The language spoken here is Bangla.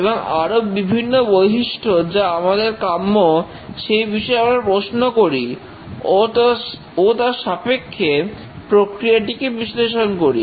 এবং আরো বিভিন্ন বৈশিষ্ট্য যা আমাদের কাম্য সেই বিষয়ে আমরা প্রশ্ন করি ও তার সাপেক্ষে প্রক্রিয়াটিকে বিশ্লেষণ করি